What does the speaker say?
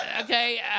okay